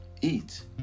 Eat